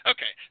Okay